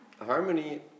Harmony